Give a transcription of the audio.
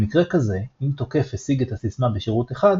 במקרה כזה אם תוקף השיג את הסיסמה בשירות אחד,